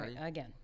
Again